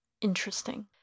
interesting